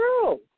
true